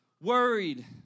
Worried